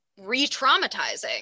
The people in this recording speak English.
re-traumatizing